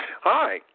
Hi